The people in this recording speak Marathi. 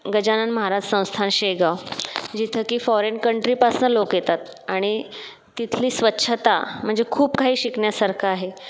गजानन महाराज संस्थान शेगाव जिथं की फॉरेन कन्ट्रीपासून लोक येतात आणि तिथली स्वच्छता म्हणजे खूप काही शिकण्यासारखं आहे